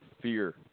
fear